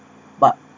but